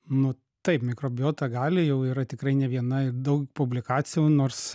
nu taip mikrobiota gali jau yra tikrai ne viena daug publikacijų nors